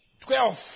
twelve